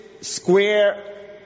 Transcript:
square